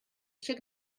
eisiau